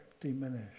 diminish